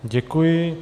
Děkuji.